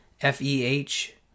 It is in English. f-e-h